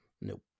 Nope